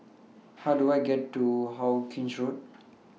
How Do I get to Hawkinge Road